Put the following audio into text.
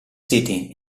city